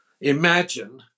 imagine